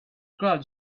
crowd